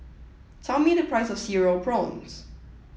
tell me the price of Cereal Prawns